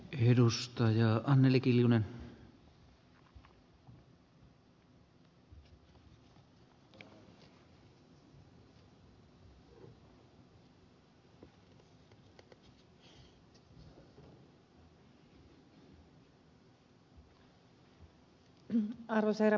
arvoisa herra puhemies